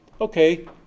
Okay